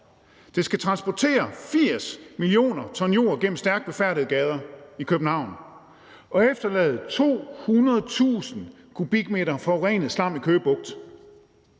Der skal transporteres 80 mio. t jord gennem stærkt befærdede gader i København, og projektet efterlader 200.000 m³ forurenet slam i Køge Bugt.